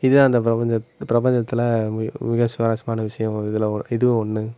இதுதான் அந்த பிரபஞ்ச பிரபஞ்சத்தில் மிக மிக சுவாரஸ்யமான விஷயம் இதில் ஒன் இதுவும் ஒன்று